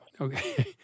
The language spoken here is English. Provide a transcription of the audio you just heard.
Okay